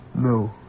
No